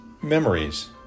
Memories